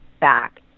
back